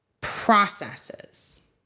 processes